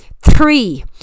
three